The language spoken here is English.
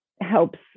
helps